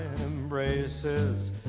embraces